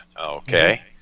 Okay